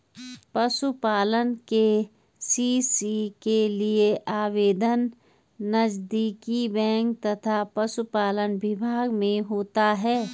पशुपालन के.सी.सी के लिए आवेदन नजदीकी बैंक तथा पशुपालन विभाग में होता है